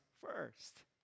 first